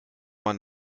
man